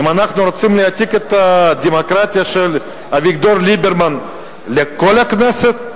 האם אנחנו רוצים להעתיק את הדמוקרטיה של אביגדור ליברמן לכל הכנסת?